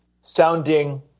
sounding